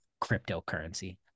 cryptocurrency